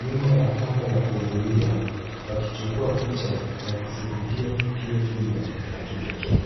nyuma ya kamba ya kuzuia, wakichukua picha na kushuhudia tukio hilo la kipekee.